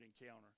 encounter